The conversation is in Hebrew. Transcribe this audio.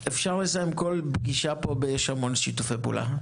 אפשר לסיים כל פגישה פה ב: יש הרבה מאוד שיתופי פעולה.